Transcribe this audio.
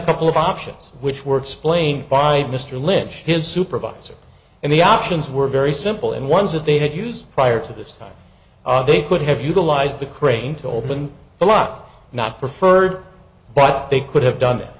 couple of options which were explained by mr lynch his supervisor and the options were very simple and ones that they had used prior to this time they could have utilized the crane to open the lock not preferred but they could have done it